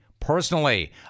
Personally